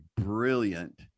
brilliant